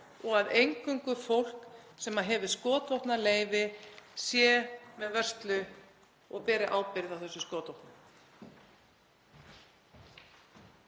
og að eingöngu fólk sem hefur skotvopnaleyfi sé með vörslu og beri ábyrgð á þessum skotvopnum.